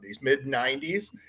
mid-90s